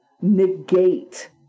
negate